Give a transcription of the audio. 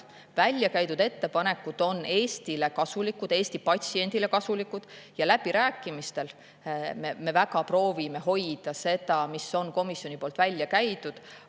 Väljakäidud ettepanekud on Eestile kasulikud, Eesti patsiendile kasulikud ja läbirääkimistel me väga proovime hoida seda, mis on komisjoni poolt välja käidud.